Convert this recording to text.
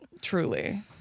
Truly